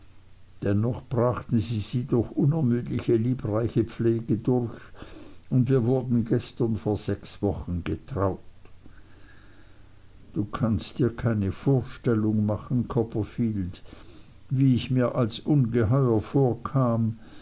dennoch brachten sie sie durch unermüdliche liebreiche pflege durch und wir wurden gestern vor sechs wochen getraut du kannst dir keine vorstellung machen copperfield wie ich mir als ungeheuer vorkam